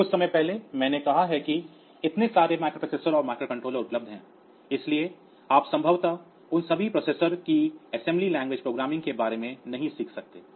कुछ समय पहले मैंने कहा है कि इतने सारे माइक्रोप्रोसेसर और माइक्रोकंट्रोलर उपलब्ध हैं इसलिए आप संभवतः उन सभी प्रोसेसर की असेम्बली भाषा प्रोग्रामिंग के बारे में नहीं सीख सकते हैं